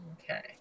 Okay